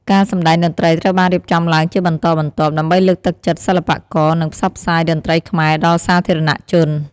ការសម្តែងតន្ត្រីត្រូវបានរៀបចំឡើងជាបន្តបន្ទាប់ ដើម្បីលើកទឹកចិត្តសិល្បករ និងផ្សព្វផ្សាយតន្ត្រីខ្មែរដល់សាធារណជន។